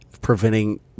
preventing